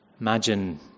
Imagine